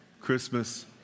Christmas